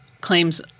claims